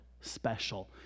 special